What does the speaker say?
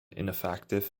ineffective